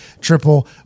triple